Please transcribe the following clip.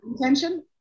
intention